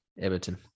Everton